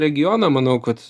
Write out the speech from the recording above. regioną manau kad